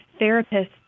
therapists